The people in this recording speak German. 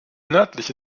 nördliche